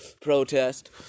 protest